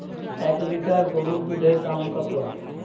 এক লিটার গোরুর দুধের দাম কত?